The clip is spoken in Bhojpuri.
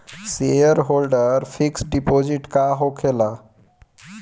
सेयरहोल्डर फिक्स डिपाँजिट का होखे ला?